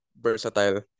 versatile